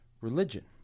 religion